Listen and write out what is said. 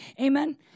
Amen